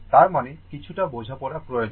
তার মানে কিছুটা বোঝাপড়া প্রয়োজন